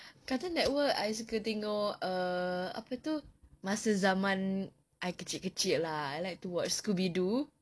cartoon network I suka tengok err apa itu masa zaman I kecil-kecil lah I like to watch scooby doo